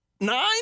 nine